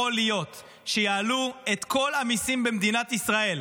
להיות שיעלו את כל המיסים במדינת ישראל